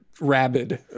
rabid